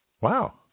Wow